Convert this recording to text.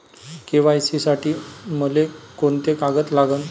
KYC साठी मले कोंते कागद लागन?